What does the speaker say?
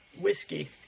whiskey